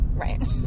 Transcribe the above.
Right